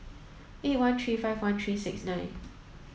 eight one three five one three six nine